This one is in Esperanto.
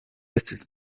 estus